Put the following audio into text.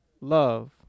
love